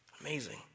Amazing